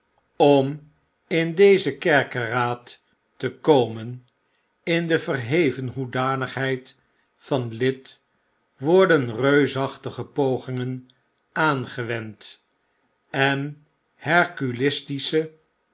om in dezen kerkeraad te komen in de verheven hoedanigheid van lid worden reusachtige pogingen aangewend en